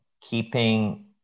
keeping